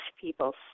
people